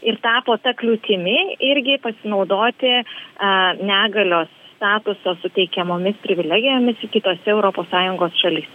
ir tapo ta kliūtimi irgi pasinaudoti a negalios statuso suteikiamomis privilegijomis kitose europos sąjungos šalyse